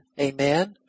Amen